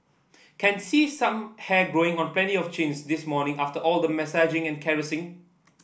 can see some hair growing on plenty of chins this morning after all the massaging and caressing